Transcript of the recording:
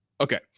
Okay